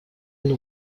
une